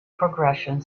progression